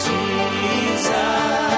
Jesus